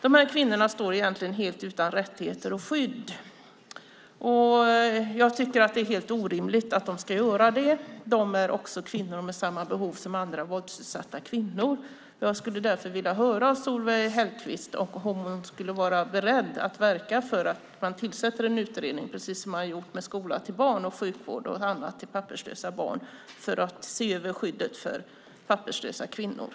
Dessa kvinnor står egentligen helt utan rättigheter och skydd. Jag tycker att det är helt orimligt att de ska göra det. De är också kvinnor med samma behov som andra våldsutsatta kvinnor. Jag undrar därför om Solveig Hellquist är beredd att verka för att man tillsätter en utredning för att se över skyddet för papperslösa kvinnor, precis som man har gjort när det gäller skola, sjukvård och annat till papperslösa barn.